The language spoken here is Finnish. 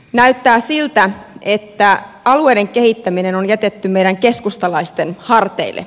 näyttää siltä että alueiden kehittäminen on jätetty meidän keskustalaisten harteille